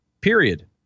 Period